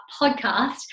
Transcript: podcast